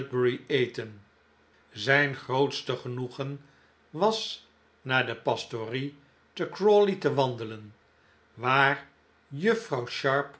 zijn grootste genoegen was naar de pastorie te crawley te wandelen waar juffrouw